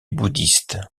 bouddhistes